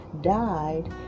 died